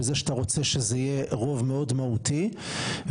בזה שאתה רוצה שזה יהיה רוב מאוד מהותי ואני,